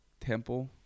Temple